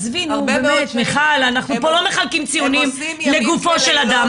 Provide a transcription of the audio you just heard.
אנחנו פה לא מחלקים ציונים לגופו של אדם,